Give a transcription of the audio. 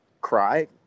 cry